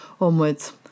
Onwards